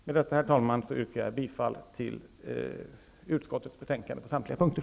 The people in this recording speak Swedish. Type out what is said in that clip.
Med detta, herr talman, yrkar jag bifall till utskottets hemställan på samtliga punkter.